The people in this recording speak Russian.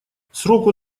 сроку